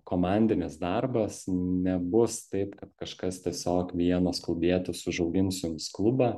komandinis darbas nebus taip kad kažkas tiesiog vienas klubietis užaugins jums klubą